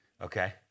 Okay